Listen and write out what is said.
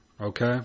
Okay